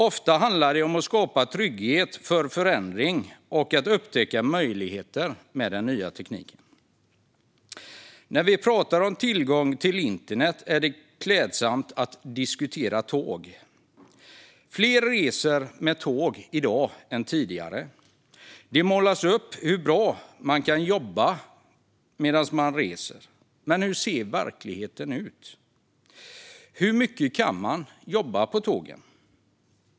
Ofta handlar det om att skapa trygghet för förändring och upptäcka möjligheterna med den nya tekniken. När vi pratar om tillgång till internet är det klädsamt att diskutera tåg. Fler reser med tåg i dag än tidigare. Det målas upp hur bra man kan jobba medan man reser. Men hur ser verkligheten ut? Hur mycket kan man jobba på tågen?